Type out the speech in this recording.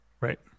Right